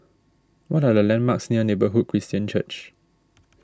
what are the landmarks near Neighbourhood Christian Church